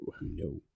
no